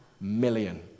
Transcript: million